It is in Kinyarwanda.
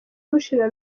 bushira